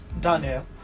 Daniel